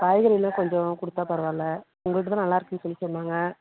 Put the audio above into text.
காய்கறிலாம் கொஞ்சம் கொடுத்தா பரவாயில்லை உங்கள்ட்ட தான் நல்லாயிருக்குன்னு சொல்லி சொன்னாங்க